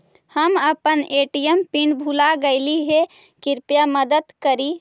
हम अपन ATM pin भूल गईली हे, कृपया मदद करी